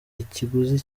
ikiguzi